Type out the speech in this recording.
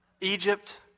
Egypt